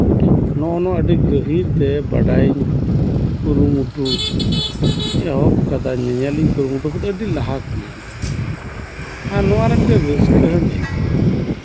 ᱱᱚᱜᱼᱚ ᱱᱚᱣᱟ ᱟᱹᱰᱤ ᱜᱟᱹᱦᱤᱨ ᱛᱮ ᱵᱟᱰᱟᱭ ᱤᱧ ᱠᱩᱨᱩᱢᱩᱴᱩ ᱮᱦᱚᱵ ᱠᱟᱫᱟ ᱟᱹᱰᱤ ᱞᱟᱦᱟ ᱠᱷᱚᱱᱟᱜ ᱜᱮ ᱟᱨ ᱱᱚᱣᱟ ᱢᱤᱫᱴᱟᱱ ᱨᱟᱹᱥᱠᱟᱹ ᱦᱚᱸ ᱧ ᱟᱹᱭᱠᱟᱹᱣᱼᱟ